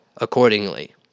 accordingly